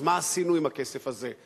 אז מה עשינו עם הכסף הזה?